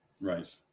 right